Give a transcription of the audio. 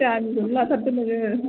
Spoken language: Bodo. दामिखौनो लाथारदो नोङो